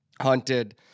hunted